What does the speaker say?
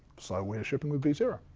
so we're shipping the b zero.